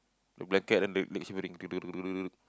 to blanket then like shivering